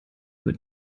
über